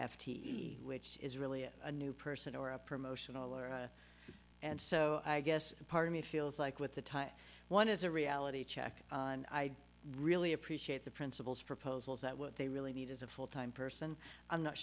f t which is really a new person or a promotional or and so i guess part of me feels like with the time one is a reality check and i really appreciate the principles proposals that what they really need is a full time person i'm not